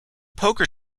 poker